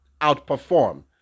outperform